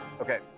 Okay